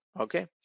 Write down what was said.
okay